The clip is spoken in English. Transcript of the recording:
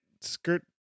skirt